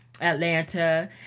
Atlanta